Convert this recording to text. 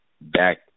back